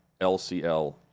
LCL